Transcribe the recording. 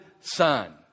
son